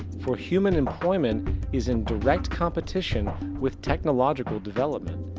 for human employment is in direct competition with technological developement.